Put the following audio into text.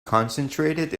concentrated